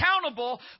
accountable